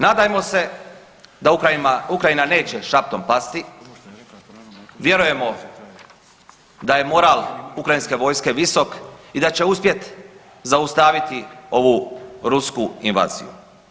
Nadajmo se da Ukrajina neće šaptom pasti, vjerujemo da je moral ukrajinske vojske visok i da će uspjet zaustaviti ovu rusku invaziju.